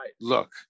look